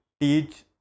teach